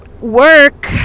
work